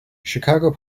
chicago